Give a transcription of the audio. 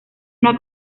una